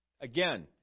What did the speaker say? Again